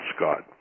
Scott